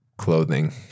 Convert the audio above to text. Clothing